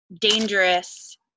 Dangerous